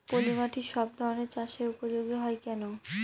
পলিমাটি সব ধরনের চাষের উপযোগী হয় কেন?